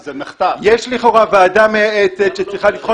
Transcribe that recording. יש לכאורה ועדה מייעצת שצריכה לבחון